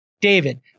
David